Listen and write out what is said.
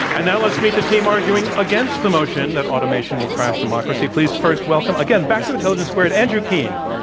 and now let's meet the team arguing against against the motion that automation will crash democracy. please first welcome again back to intelligence squared andrew keen.